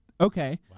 Okay